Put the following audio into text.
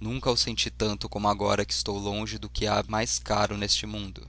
nunca o senti tanto como agora que estou longe do que há de mais caro neste mundo